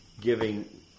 giving